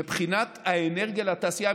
מבחינת האנרגיה לתעשייה,